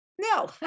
No